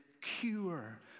cure